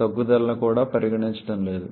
తగ్గుదలని కూడా పరిగణించడం లేదు